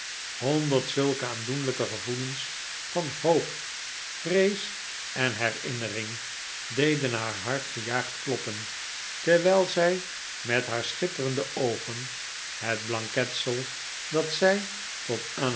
honderd zulke aandoenlijke gevoelens van hoop vrees en herinnering deden haar hart gejaagd kloppen terwijl zij met haar schitterende oogen